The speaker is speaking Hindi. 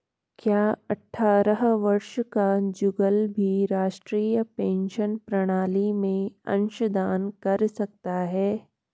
क्या अट्ठारह वर्ष का जुगल भी राष्ट्रीय पेंशन प्रणाली में अंशदान कर सकता है?